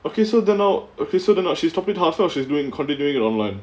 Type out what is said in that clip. okay so then now okay so then now she's continuing it online how is she doing continuing it online ah